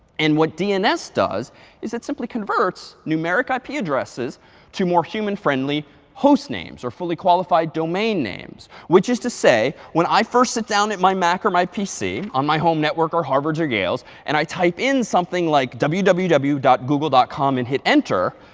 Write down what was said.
and what dns does is it simply converts numeric ip addresses to more human-friendly host names, or fully qualified domain names. which is to say when i first sit down at my mac or my pc on my home network or harvard's or yale's and i type in something like www www www dot google dot com and hit enter,